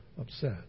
upset